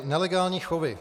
Nelegální chovy.